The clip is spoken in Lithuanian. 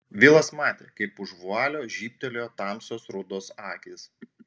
vilas matė kaip už vualio žybtelėjo tamsios rudos akys